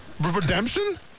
Redemption